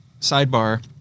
sidebar